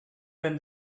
then